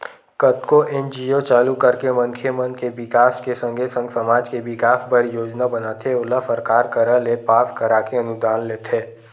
कतको एन.जी.ओ चालू करके मनखे मन के बिकास के संगे संग समाज के बिकास बर योजना बनाथे ओला सरकार करा ले पास कराके अनुदान लेथे